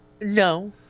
No